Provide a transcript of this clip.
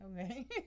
okay